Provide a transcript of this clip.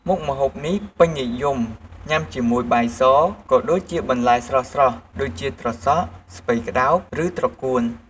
មុខម្ហូបនេះពេញនិយមញ៉ាំជាមួយបាយស ក៏ដូចជាបន្លែស្រស់ៗដូចជាត្រសក់ ស្ពៃក្ដោប ឬត្រកួន។